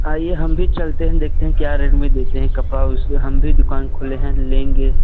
आइए हम भी चलते हैं देखते हैं क्या रेट में देते हैं कपड़ा उस हम भी दुकान खोले हैं लेंगे